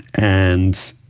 and,